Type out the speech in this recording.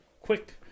quick